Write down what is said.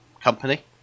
company